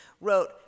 wrote